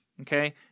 okay